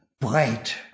bright